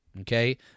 okay